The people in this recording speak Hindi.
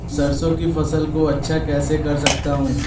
सरसो की फसल को अच्छा कैसे कर सकता हूँ?